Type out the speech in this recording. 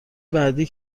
بعدی